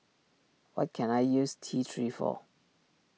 what can I use T three for